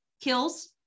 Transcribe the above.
kills